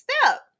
step